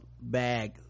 bag